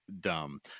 dumb